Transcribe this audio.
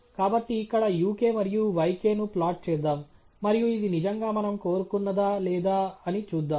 కాబట్టి ఇక్కడ uk మరియు yk ను ప్లాట్ చేద్దాం మరియు ఇది నిజంగా మనం కోరుకున్నదా లేదా అని చూద్దాం